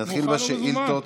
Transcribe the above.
נתחיל בשאילתות.